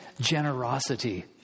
generosity